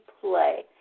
play